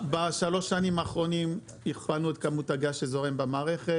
בשלוש השנים האחרונות הכפלנו את כמות הגז שזורם במערכת.